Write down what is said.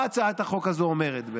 מה הצעת החוק הזו אומרת?